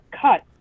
cut